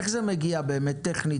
איך זה מגיע טכנית?